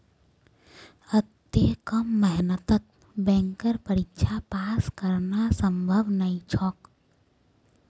अत्ते कम मेहनतत बैंकेर परीक्षा पास करना संभव नई छोक